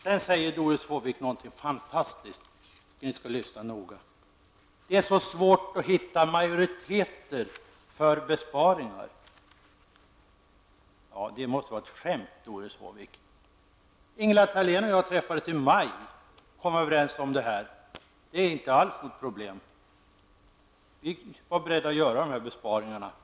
Sedan säger Doris Håvik något fantastiskt. Lyssna noga: Det är så svårt att hitta majoriteter för besparingar! Det måste vara ett skämt, Doris Håvik. Ingela Thalén och jag träffades i maj och kom överens om besparingar som borde göras. Det var inget problem. Vi var beredda att göra ett antal besparingar.